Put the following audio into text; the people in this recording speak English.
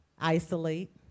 Isolate